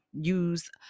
use